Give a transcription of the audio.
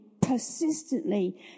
persistently